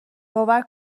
باور